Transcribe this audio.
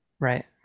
Right